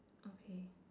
okay